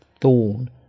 thorn